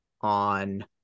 on